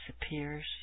disappears